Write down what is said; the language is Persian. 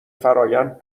فرایند